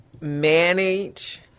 manage